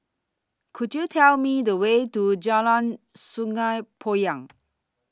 Could YOU Tell Me The Way to Jalan Sungei Poyan